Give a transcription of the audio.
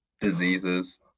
diseases